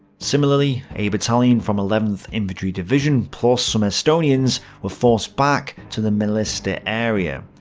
similarly, a battalion from eleventh infantry division, plus some estonians, were forced back to the melliste area.